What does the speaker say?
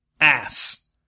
Ass